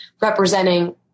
representing